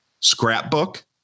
scrapbook